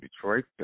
Detroit